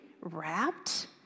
wrapped